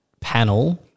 panel –